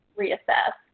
reassess